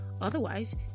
Otherwise